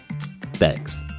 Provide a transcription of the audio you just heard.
Thanks